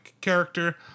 character